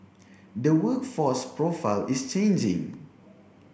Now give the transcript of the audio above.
the workforce profile is changing